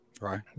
Right